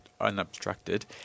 unobstructed